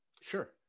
Sure